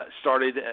started